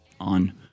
on